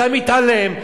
אתה מתעלם.